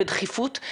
בדחיפות,